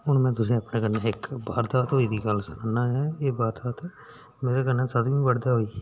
हून में तुसें ई अपने कन्नै इक वारदात होई दी गल्ल सनाना ऐं एह् वारदात मेरे कन्नै सतमीं पढ़दे होई ही